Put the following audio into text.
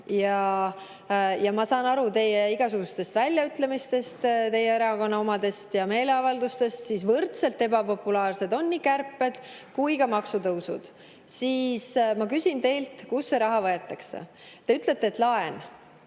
Ma saan aru teie igasugustest väljaütlemistest, teie erakonna omadest ja meeleavaldustest, et võrdselt ebapopulaarsed on nii kärped kui ka maksutõusud. Ma küsin teilt, kust see raha võetakse. Te ütlete, et